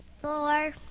Four